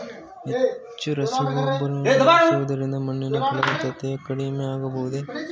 ಹೆಚ್ಚು ರಸಗೊಬ್ಬರವನ್ನು ಬಳಸುವುದರಿಂದ ಮಣ್ಣಿನ ಫಲವತ್ತತೆ ಕಡಿಮೆ ಆಗಬಹುದೇ?